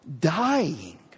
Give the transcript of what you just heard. dying